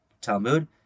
Talmud